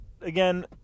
again